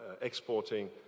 exporting